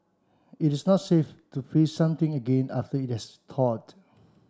it is not safe to freeze something again after it has thawed